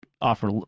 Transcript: offer